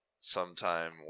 sometime